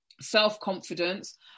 self-confidence